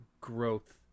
growth